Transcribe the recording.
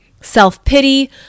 self-pity